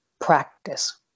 practice